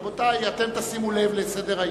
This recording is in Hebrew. רבותי, אתם תשימו לב לסדר-היום,